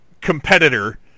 competitor